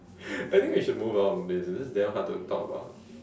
I think we should move on from this this is damn hard to talk about